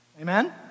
amen